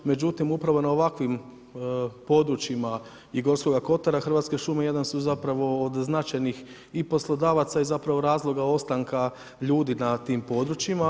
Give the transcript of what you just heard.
Međutim, upravo ne ovakvim područjima i Gorskoga kotara, Hrvatske šume jedan su zapravo i značajnih i poslodavaca i zapravo razloga ostanka ljudi na tim područjima.